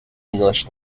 english